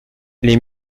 les